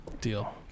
Deal